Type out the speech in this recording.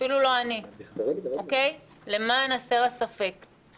אני רוצה לתת לכם ספוילר,